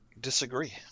disagree